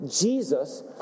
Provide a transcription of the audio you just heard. Jesus